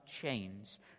chains